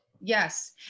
Yes